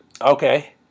Okay